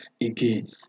again